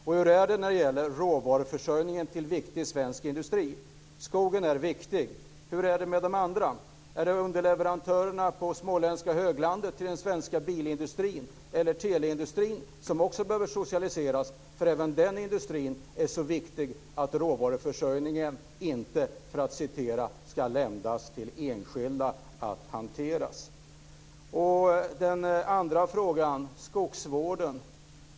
Och hur är det när det gäller råvaruförsörjningen till viktig svensk industri? Skogen är viktig. Men hur är det med det andra? Behöver underleverantörerna på småländska höglandet till den svenska bilindustrin eller teleindustrin också socialiseras? Även den industrin är ju så viktig att råvaruförsörjningen inte - för att återge vad som har sagts - ska ländas till enskilda att hanteras. Min andra fråga gäller skogsvården.